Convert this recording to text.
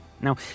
Now